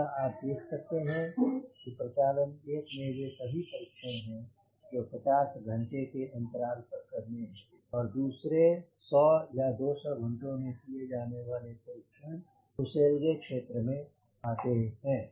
अतः आप देख सकते हैं कि प्रचलन 1 में वे सभी परीक्षण हैं जो 50 घंटे के अंतराल पर करने हैं और दूसरे 100 या 200 घंटों पर किये जाने वाले परीक्षण फुसेलगे क्षेत्र में आते हैं